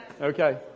Okay